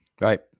Right